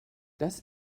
das